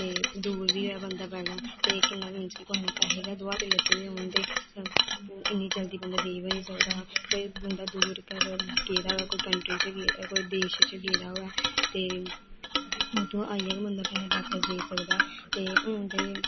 ते दूर बी ऐ बंदा पैह्ले इक कुहै ने पैहे गै दुआरे लेते दे होन ते इन्नी जल्दी बंदा देई बी निं सकदा हा कोई बंदा दूर गै कुतै गेदा होऐ कोई कंट्री च गेदा होऐ कोई देश च गेदा होऐ ते उत्थूं आइयै गै बंदा पैहे बापस देई सकदा ऐ ते हून ते